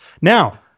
Now